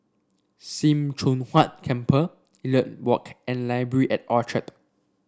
Sim Choon Huat Temple Elliot Walk and Library at Orchard